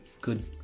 good